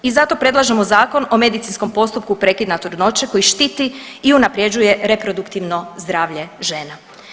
I zato predlažemo Zakon o medicinskom postupku prekida trudnoće koji štiti i unaprjeđuje reproduktivno zdravlje žena.